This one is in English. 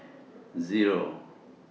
Zero